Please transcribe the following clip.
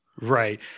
right